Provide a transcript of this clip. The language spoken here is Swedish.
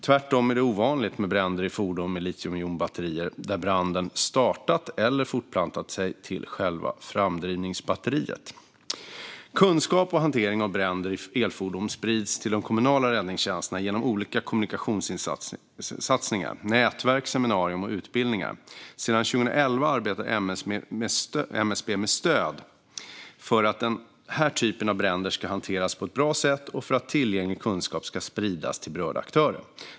Tvärtom är det ovanligt med bränder i fordon med litiumjonbatterier där branden startat eller fortplantat sig till själva framdrivningsbatteriet. Kunskap om hantering av bränder i elfordon sprids till de kommunala räddningstjänsterna genom olika kommunikationssatsningar, nätverk, seminarier och utbildningar. Sedan 2011 arbetar MSB med stöd för att den här typen av bränder ska hanteras på ett bra sätt och för att tillgänglig kunskap ska spridas till berörda aktörer.